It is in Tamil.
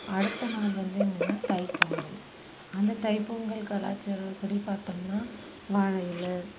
அடுத்த நாள் வந்து என்னன்னா தை பொங்கல் அந்த தை பொங்கல் கலாச்சாரப்படி பார்த்தோம்னா வாழை இல